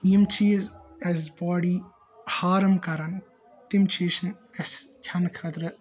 یِم چیز اَسہِ باڈی ہارٕم کَرَن تِم چیز چھِنہٕ اَسہِ کھیٚنہٕ خٲطرٕ